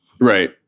right